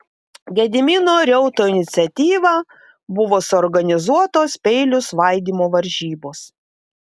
gedimino reuto iniciatyva buvo suorganizuotos peilių svaidymo varžybos